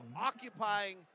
occupying